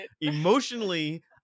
emotionally